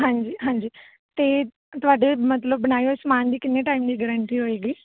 ਹਾਂਜੀ ਹਾਂਜੀ ਅਤੇ ਤੁਹਾਡੇ ਮਤਲਬ ਬਣਾਏ ਹੋਏ ਸਮਾਨ ਦੀ ਕਿੰਨੇ ਟਾਈਮ ਲਈ ਗਰੰਟੀ ਹੋਏਗੀ